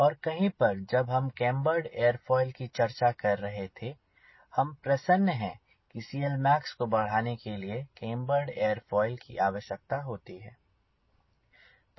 और कहीं पर जब हम केम्बरड एरोफॉइल की चर्चा कर रहे थे हम प्रसन्न हैं की CLmax को बढ़ाने के लिए केम्बरड एरोफॉइल की आवश्यकता होती है